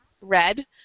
Red